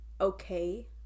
okay